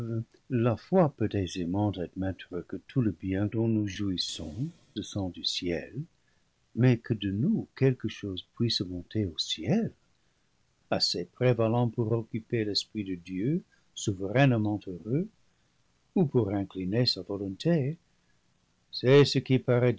la foi peut aisément admettre que tout le bien dont nous jouissons descend du ciel mais que de nous quelque chose puisse monter au ciel assez prévalant pour occuper l'esprit de dieu souverainement heureux ou pour incliner sa volonté c'est ce qui paraît